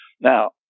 Now